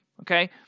okay